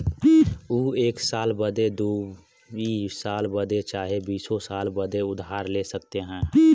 ऊ एक साल बदे, दुइ साल बदे चाहे बीसो साल बदे उधार ले सकत हौ